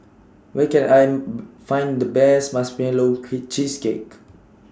Where Can I Find The Best Marshmallow Cheesecake